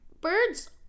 birds